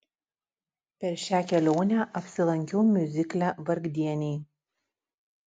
per šią kelionę apsilankiau miuzikle vargdieniai